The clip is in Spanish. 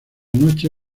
noche